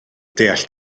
deall